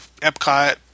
Epcot